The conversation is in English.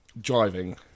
driving